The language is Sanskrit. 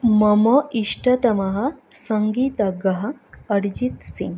मम इष्टतमः सङ्गीतज्ञः अरिजित्सिङ्ग्